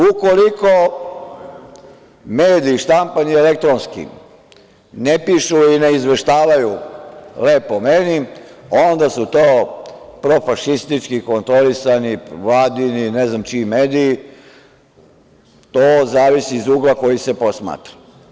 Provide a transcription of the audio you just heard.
Ukoliko mediji štampani i elektronski ne pišu i ne izveštavaju lepo o meni, onda su to profašistički kontrolisani, vladini, ne znam čiji mediji, to zavisi iz ugla koji se posmatra.